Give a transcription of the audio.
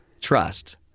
trust